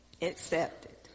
Accepted